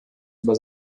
über